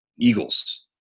Eagles